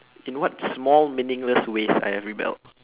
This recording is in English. in what small meaningless ways I have rebelled